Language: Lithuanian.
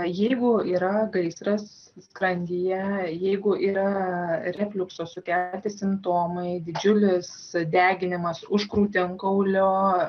jeigu yra gaisras skrandyje jeigu yra refliukso sukelti simptomai didžiulis deginimas už krūtinkaulio